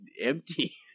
empty